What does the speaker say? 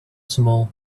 small